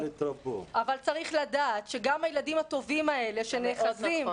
אבל צריך לדעת שגם הילדים הטובים האלה שנאחזים,